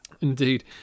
indeed